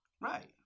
Right